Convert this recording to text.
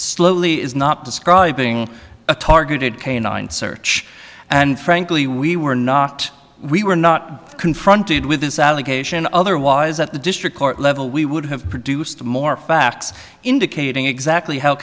slowly is not describing a targeted canine search and frankly we were not we were not confronted with this allegation otherwise at the district court level we would have produced more facts indicating exactly how